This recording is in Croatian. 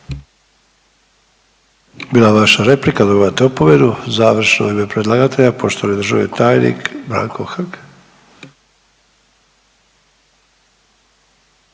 ovo vaša replika, dobivate opomenu. Završno u ime predlagatelja poštovani državni tajnik Branko Hrg.